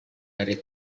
dari